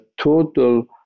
total